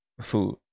food